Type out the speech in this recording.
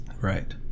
Right